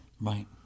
Right